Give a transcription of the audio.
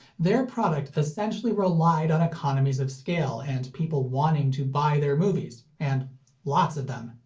their product essentially relied on economies of scale and people wanting to buy their movies, and lots of them.